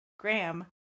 Graham